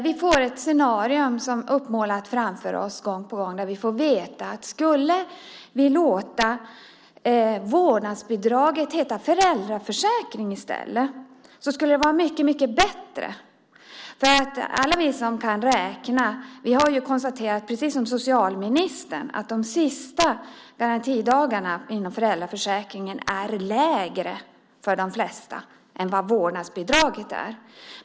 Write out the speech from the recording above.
Vi får ett scenario uppmålat framför oss gång på gång där vi får veta att skulle vi låta vårdnadsbidraget heta föräldraförsäkring i stället skulle det vara mycket bättre. Alla vi som kan räkna har konstaterat, precis som socialministern, att de sista garantidagarna inom föräldraförsäkringen är lägre för de flesta än vad vårdnadsbidraget är.